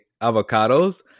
avocados